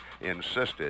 insisted